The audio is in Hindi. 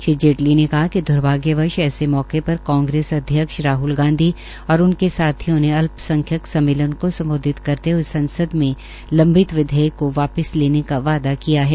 श्री जेटली ने कहा कि द्र्भागवंश ऐसे मौके पर कांग्रेस अध्यक्ष राहल गांधी और उनके साथियों ने अल्पसंख्यक सम्मेलन को सम्बोधित करते हये संसद में लम्बित विधेयक को वापिस लेने का वादा किया है